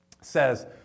says